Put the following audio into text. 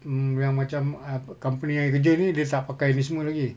mm yang macam ah company yang I kerja ni dia tak pakai ini semua lagi